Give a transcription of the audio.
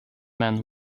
men